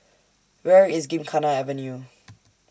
Where IS Gymkhana Avenue